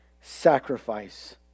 sacrifice